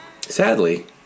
Sadly